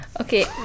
Okay